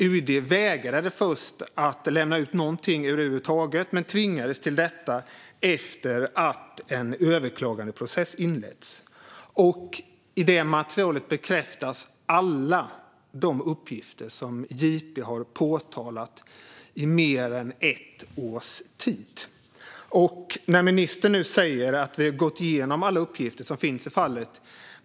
UD vägrade först att lämna ut någonting över huvud taget men tvingades till detta efter att en överklagandeprocess inletts. I det materialet bekräftas alla de uppgifter som JP påtalat under mer än ett års tid. Ministern säger nu alltså att vi har gått igenom alla uppgifter som finns i fallet.